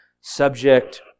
subject